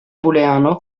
booleano